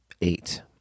eight